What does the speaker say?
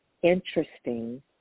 interesting